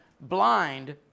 blind